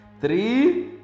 three